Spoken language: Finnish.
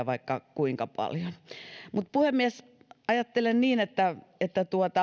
vaikka kuinka paljon puhemies ajattelen niin että että